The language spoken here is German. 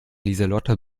lieselotte